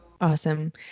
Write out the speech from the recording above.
Awesome